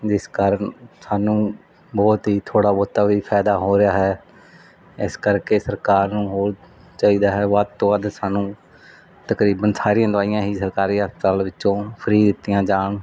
ਜਿਸ ਕਾਰਨ ਸਾਨੂੰ ਬਹੁਤ ਹੀ ਥੋੜਾ ਬਹੁਤਾ ਵੀ ਫਾਇਦਾ ਹੋ ਰਿਹਾ ਹੈ ਇਸ ਕਰਕੇ ਸਰਕਾਰ ਨੂੰ ਹੋਰ ਚਾਹੀਦਾ ਹੈ ਵੱਧ ਤੋਂ ਵੱਧ ਸਾਨੂੰ ਤਕਰੀਬਨ ਸਾਰੀਆਂ ਦਵਾਈਆਂ ਹੀ ਸਰਕਾਰੀ ਹਸਪਤਾਲ ਵਿੱਚੋਂ ਫਰੀ ਦਿੱਤੀਆਂ ਜਾਣ